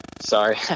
sorry